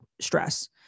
stress